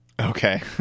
okay